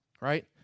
right